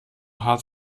hart